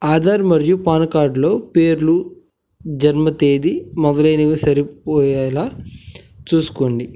ఆధార్ మరియు పాన్ కార్డ్లో పేర్లు జన్మ తేదీ మొదలైనవి సరి పోయేలా చూసుకోండి